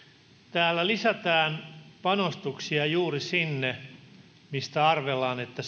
täällä lisätään panostuksia juuri sinne mistä arvellaan että